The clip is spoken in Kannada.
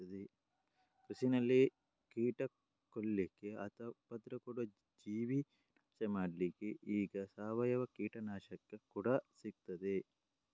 ಕೃಷಿನಲ್ಲಿ ಕೀಟ ಕೊಲ್ಲಿಕ್ಕೆ ಅಥವಾ ಉಪದ್ರ ಕೊಡುವ ಜೀವಿ ನಾಶ ಮಾಡ್ಲಿಕ್ಕೆ ಈಗ ಸಾವಯವ ಕೀಟನಾಶಕ ಕೂಡಾ ಸಿಗ್ತದೆ